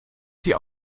sie